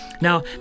Now